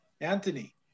anthony